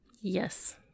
Yes